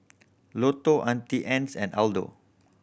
Lotto Auntie Anne's and Aldo